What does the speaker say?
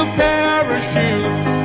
parachute